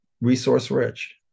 resource-rich